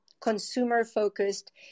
consumer-focused